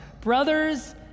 brothers